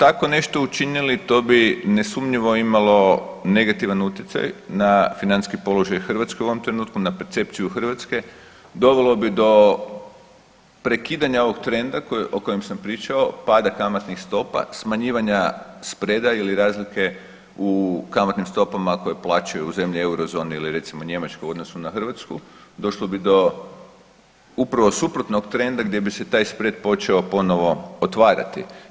Ako bi tako nešto učinili to bi nesumnjivo imalo negativan utjecaj na financijski položaj Hrvatske u ovom trenutku na percepciju Hrvatske dovelo bi do prekidanja ovog trenda o kojem sam pričao, pada kamatnih stopa, smanjivanja spredaje ili razlike u kamatnim stopama koje plaćaju zemlje u Eurozoni ili recimo Njemačka u odnosu na Hrvatsku, došlo bi do upravo suprotnog trenda gdje bi se taj spred počeo ponovo otvarati.